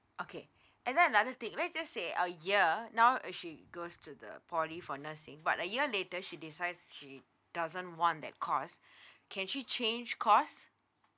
okay and then the other thing let's just say a year now if she goes to the poly for nursing but a year later she decides she doesn't want that course can she change course